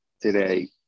today